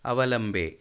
अवलम्बे